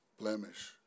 blemish